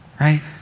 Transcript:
Right